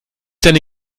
seine